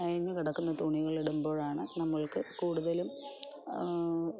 അയഞ്ഞ് കിടക്കുന്ന തുണികൾ ഇടുമ്പോഴാണ് നമുക്ക് കൂടുതലും